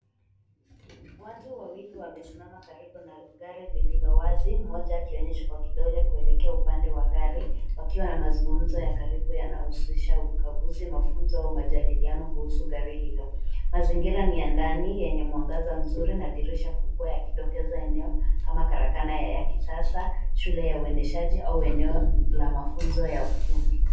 Watu wawili wamesimama karibu na gari lililowazi moja akionyesha kwa kidole kuelekea upande wa gari akiwa na mazungumzo ya karibu yanawezesha ukanguzi mafunzo au majidiliano kuhusu gari hilo. Mazingira ni ya ndani enye mwangaza mzuri na dirisha kubwa yakidokeza eneo kama karakana ya kisasa shule ya uendeshaji au eneo la mafunzo ya kikundi.